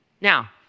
Now